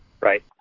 Right